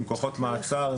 עם כוחות מעצר,